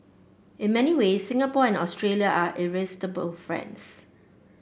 in many ways Singapore and Australia are irresistible friends